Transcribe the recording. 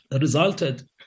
resulted